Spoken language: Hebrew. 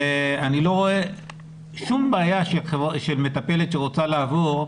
אני לא רואה שום בעיה שמטפלת שרוצה לעבור,